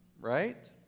right